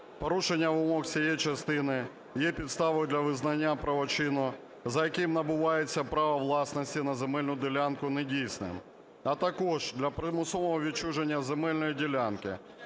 "Порушення вимог цієї частини є підставою для визнання правочину, за яким набувається право власності на земельну ділянку недійсним, а також для примусового відчуження земельної ділянки.